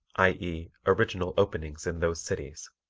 i e, original openings in those cities.